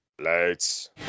Lights